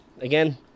again